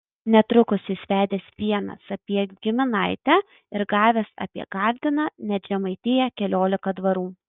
netrukus jis vedęs vieną sapiegų giminaitę ir gavęs apie gardiną net žemaitiją keliolika dvarų